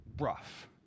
rough